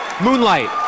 Moonlight